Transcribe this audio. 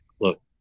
Look